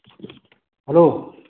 hello